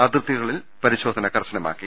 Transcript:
അതിർത്തികളിൽ പരിശോധന കർശനമാക്കി